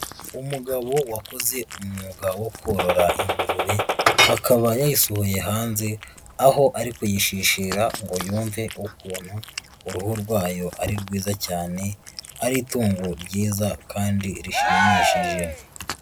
Umugabo wakoze umwuga wo korora ingurub, akaba yayishoye hanze aho ari kuyishishirira ngo yumve ukuntu uruhu rwayo ari rwiza cyane, ari itungo ryiza kandi rishimishije.